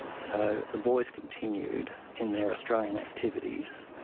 so the boys continued in their australian activities,